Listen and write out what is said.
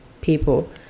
people